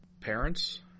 parents